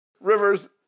Rivers